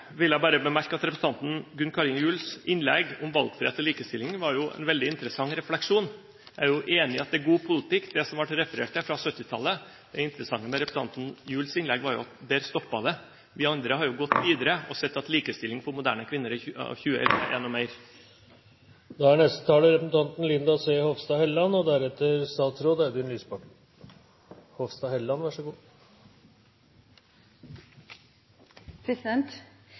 vil jeg bare bemerke at representanten Gunn Karin Gjuls innlegg om valgfrihet og likestilling var en veldig interessant refleksjon. Jeg er enig i at det er god politikk, det som det var referert til fra 1970-tallet. Det interessante med representanten Gjuls innlegg var jo at det stoppet der, vi andre har gått videre og sett at likestilling for moderne kvinner av 2011 er noe mer. Jeg registrerer at det i hvert fall ikke er